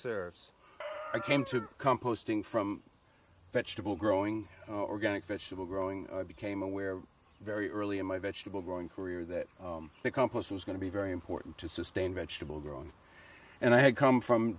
it's i came to composting from vegetable growing organic vegetable growing i became aware very early in my vegetable growing career that the compost was going to be very important to sustain vegetable growth and i had come from